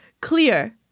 Clear